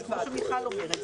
זה כמו שמיכל אומרת,